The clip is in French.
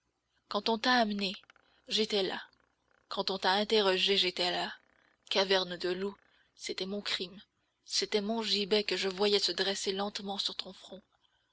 quand on t'a amenée j'étais là quand on t'a interrogée j'étais là caverne de loups c'était mon crime c'était mon gibet que je voyais se dresser lentement sur ton front